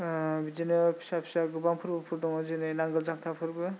बिदिनो फिसा फिसा गोबां फोरबो फोर दङ जेरै नांगाल जांख्रा फोरबो